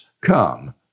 come